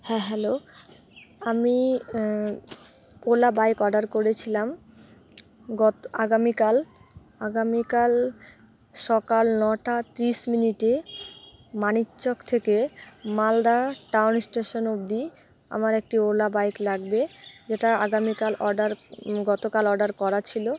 হ্যাঁ হ্যালো আমি Ola bike order করেছিলাম গত আগামীকাল আগামীকাল সকাল নটা ত্রিশ মিনিটে মানিকচক থেকে মালদা টাউন স্টেশন অবধি আমার একটি ওলা বাইক লাগবে যেটা আগামীকাল অর্ডার গতকাল অর্ডার করা ছিলো